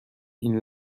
این